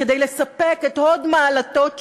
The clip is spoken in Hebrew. כדי לספק את הוד מעלתו תשובה,